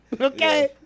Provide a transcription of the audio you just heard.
Okay